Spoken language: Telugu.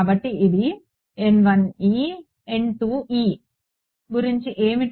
కాబట్టి ఇది గురించి ఏమిటి